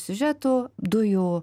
siužetų dujų